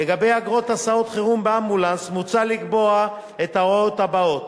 לגבי אגרות הסעות חירום באמבולנס מוצע לקבוע את ההוראות הבאות: